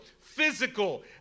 physical